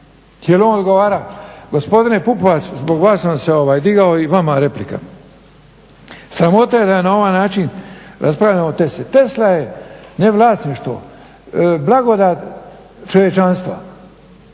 jel on odgovara, gospodine Pupovac zbog vas sam se ovaj digao i vama replika. Sramota da je na ovaj način raspravljamo o Tesli, Tesla je ne vlasništvo, blagodat čovječanstva